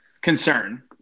Concern